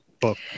book